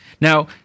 Now